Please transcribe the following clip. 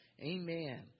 Amen